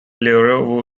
leroy